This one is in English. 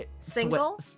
Single